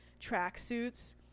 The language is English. tracksuits